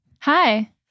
Hi